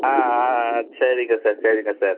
ஆ ஆ ஆ சரிங்க சார் சரிங்க சார்